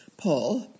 Paul